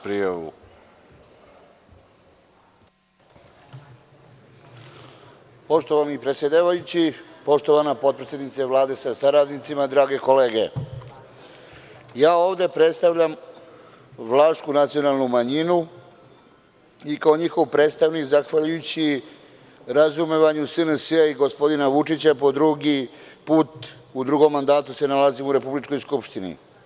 Poštovani predsedavajući, poštovana potpredsednice Vlade sa saradnicima, drage kolege, ovde predstavljam vlašku nacionalnu manjinu i kao njihov predstavnik zahvaljujući razumevanju SNS-a i gospodina Vučića po drugi put, u drugom mandatu se nalazim u republičkoj Skupštini.